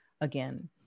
again